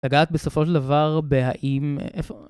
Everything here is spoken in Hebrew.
לגעת בסופו של דבר בהאם... איפה?